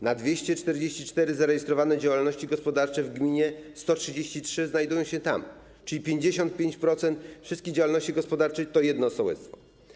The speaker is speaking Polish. Na 244 zarejestrowane działalności gospodarcze w gminie 133 znajdują się tam, czyli 55% wszystkich działalności gospodarczych to jedno sołectwo.